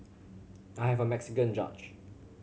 I have a Mexican judge